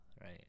right